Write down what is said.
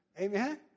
Amen